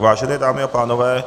Vážené dámy a pánové.